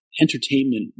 entertainment